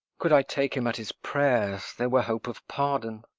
could i take him at his prayers, there were hope of pardon.